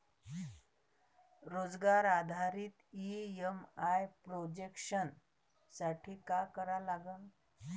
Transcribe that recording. रोजगार आधारित EMI projection साठी का करा लागन?